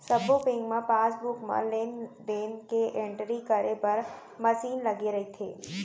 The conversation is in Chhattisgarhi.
सब्बो बेंक म पासबुक म लेन देन के एंटरी करे बर मसीन लगे रइथे